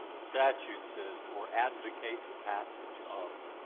statute says or advocate the passage of.